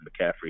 McCaffrey